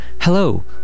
Hello